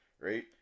right